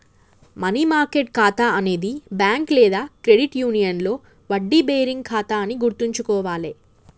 money market ఖాతా అనేది bank లేదా క్రెడిట్ యూనియన్లో వడ్డీ బేరింగ్ ఖాతా అని గుర్తుంచుకోవాలే